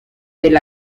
del